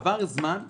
עבר זמן,